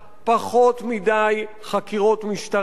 פחות מדי חקירות משטרה,